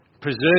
Preserve